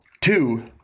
two